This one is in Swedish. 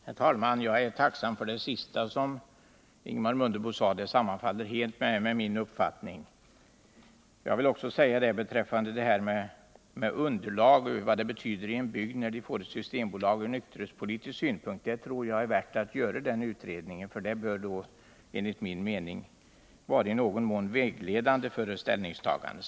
Herr talman! Jag är tacksam för det senaste som Ingemar Mundebo sade. Det sammanfaller helt med min uppfattning. Jag tror det är värt att göra en utredning av vad det betyder från nykterhetspolitisk synpunkt när en bygd får ett systembolag. Det skulle kunna ge oss underlag och enligt min mening också i någon mån vara vägledande för ett ställningstagande.